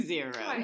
Zero